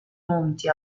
monti